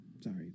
Sorry